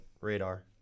Radar